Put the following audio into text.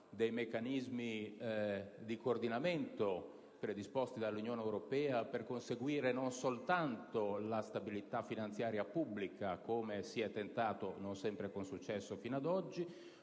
dei meccanismi di coordinamento predisposti dall'Unione europea per il conseguimento, non soltanto della stabilità finanziaria pubblica - come si è tentato di fare fino ad oggi,